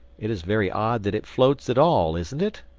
it is very odd that it floats at all, isn't it?